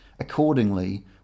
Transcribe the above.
accordingly